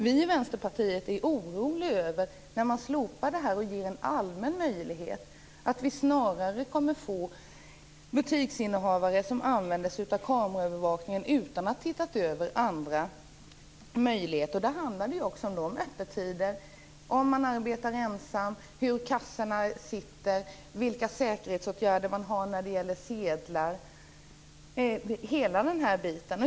Vi i Vänsterpartiet är oroliga inför ett slopande av detta, så att det kommer att ges en allmän möjlighet. Vi kommer att få butiksinnehavare som använder kameraövervakningen utan att ha tittat över andra möjligheter. Det handlar också om öppettider, om man arbetar ensam, hur kassorna sitter, vilka säkerhetsåtgärder man har när det gäller sedlar - allt detta.